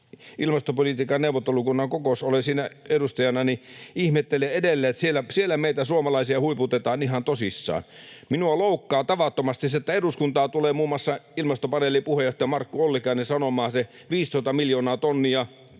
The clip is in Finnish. ilmastopolitiikan neuvottelukunnan kokous. Olen siinä edustajana, ja ihmettelen edelleen, että siellä meitä suomalaisia huiputetaan ihan tosissaan. Minua loukkaa tavattomasti se, että eduskuntaan tulee muun muassa Ilmastopaneelin puheenjohtaja Markku Ollikainen sanomaan sen 15 miljoonaa tonnia,